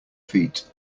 feet